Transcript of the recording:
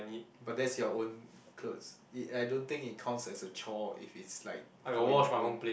but that's your own clothes it I don't think it counts as a chore if it's like for your own